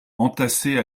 entassées